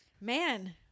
Man